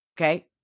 Okay